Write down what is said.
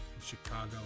Chicago